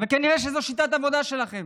אבל כנראה שזו שיטת עבודה שלכם.